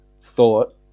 thought